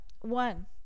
One